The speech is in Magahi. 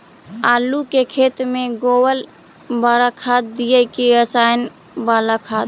आलू के खेत में गोबर बाला खाद दियै की रसायन बाला खाद?